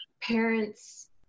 parents